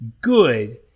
good